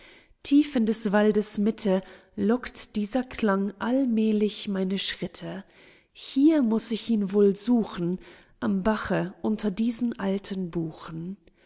tief in des waldes mitte lockt dieser klang allmählich meine schritte hier muß ich ihn wohl suchen am bache unter diesen alten buchen